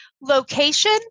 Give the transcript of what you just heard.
Location